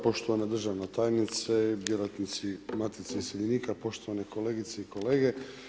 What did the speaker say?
Poštovana državna tajnice, djelatnici Matice iseljenika, poštovane kolegice i kolege.